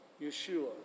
Yeshua